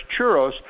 churros